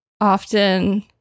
often